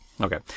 Okay